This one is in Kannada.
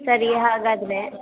ಸರಿ ಹಾಗಾದರೆ